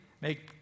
Make